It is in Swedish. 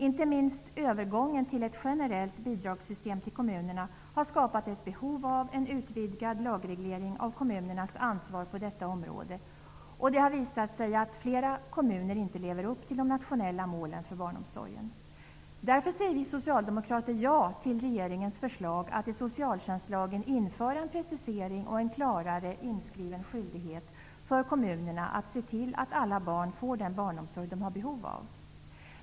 Inte minst övergången till ett generellt bidragssystem till kommunerna har skapat ett behov av en utvidgad lagreglering av kommunernas ansvar på detta område. Det har visat sig att flera kommuner inte lever upp till de nationella målen för barnomsorgen. Därför säger vi socialdemokrater ja till regeringens förslag att i socialtjänstlagen införa en precisering och en klarare inskriven skyldighet för kommunerna att se till att alla barn får den barnomsorg de har behov av.